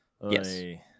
Yes